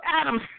Adam